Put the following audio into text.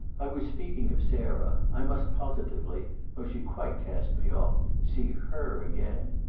i was speaking of sarah. i must positively though she quite cast me off see her again.